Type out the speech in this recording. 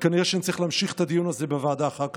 וכנראה שאני צריך להמשיך את הדיון הזה בוועדה אחר כך.